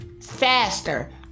faster